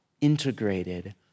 integrated